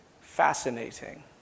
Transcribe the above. fascinating